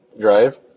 drive